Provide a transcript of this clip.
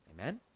Amen